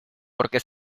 porque